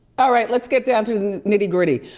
all right, let's get down to the nitty gritty.